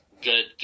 good